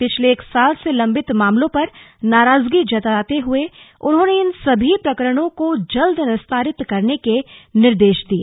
पिछले एक साल से लम्बित मामलों पर नाराजगी जताते हए उन्होंने इन सभी प्रकरणों को जल्द निस्तारित करने के निर्देश दिए